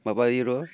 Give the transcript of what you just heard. माबायो र'